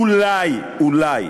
אולי אולי